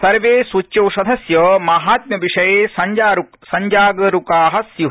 सर्वे सूच्यौषधस्य महात्म्य विषय प्रिजागरूका स्यू